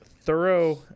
thorough